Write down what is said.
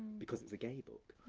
because it's a gay book.